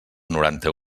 noranta